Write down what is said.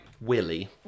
Willie